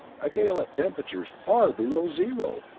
a gale at temperatures far below zero!